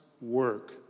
work